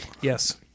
Yes